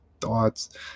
thoughts